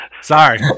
Sorry